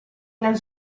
nel